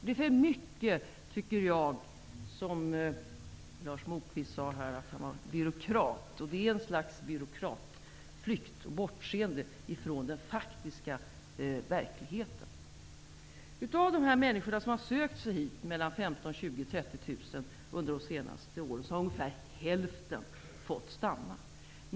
Lars Moquist sade att han är byråkrat. Det förekommer här ett slags byråkratflykt; man bortser från den faktiska verkligheten. Av de mellan 1500 och 3000 människor som de senaste åren har sökt sig hit har ungefär hälften fått stanna.